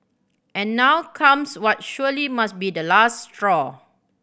and now comes what surely must be the last straw